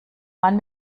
mann